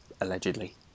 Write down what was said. allegedly